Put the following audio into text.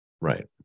Right